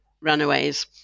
runaways